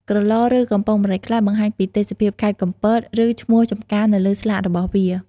ក្រឡ ឬ កំប៉ុងម្រេចខ្លះបង្ហាញពីទេសភាពខេត្តកំពត ឬ ឈ្មោះចម្ការនៅលើស្លាករបស់វា។